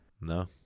No